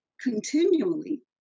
continually